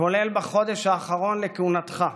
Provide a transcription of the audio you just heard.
כולל בחודש האחרון לכהונתך.